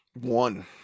One